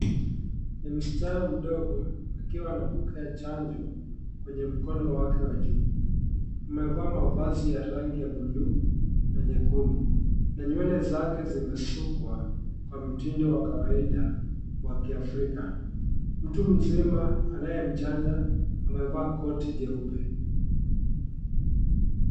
Ni msichana mdogo, akiwa anapokea chanjo kwenye mkono wake wa juu, amevaa mavazi ya rangi ya buluu na nyekundu, Na nywele zake zimesukwa kwa mtindo wa kawaida wa kiafrika, mtu mzima anayemchanja amevaa koti jeupe